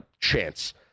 chance